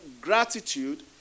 gratitude